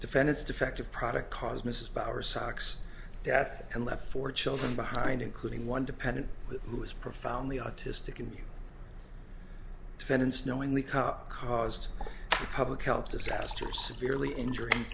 defend his defective product cause mrs bower socks death and left four children behind including one dependent who is profoundly autistic and defendants knowingly cup caused public health disaster severely injur